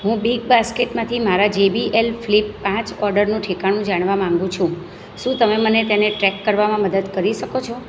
હું બિગબાસ્કેટમાંથી મારા જેબીએલ ફ્લિપ પાંચ ઓર્ડરનું ઠેકાણું જાણવા માગું છું શું તમે મને તેને ટ્રેક કરવામાં મદદ કરી શકો છો